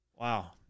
Wow